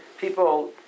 people